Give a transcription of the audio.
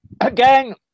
again